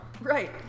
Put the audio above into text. Right